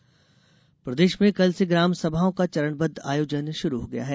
ग्रामसमा प्रदेश में कल से ग्राम सभाओं का चरणबद्द आयोजन शुरू हो गया है